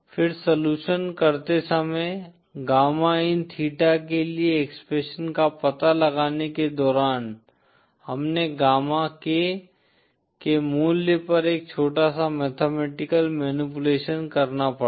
फिर सलूशन करते समय गामा इन थीटा के लिए एक्सप्रेशन का पता लगाने के दौरान हमने गामा k के मूल्य पर एक छोटा मैथमेटिकल मैनीपुलेशन करना पड़ा